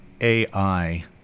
AI